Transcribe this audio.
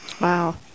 Wow